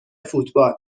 فوتبال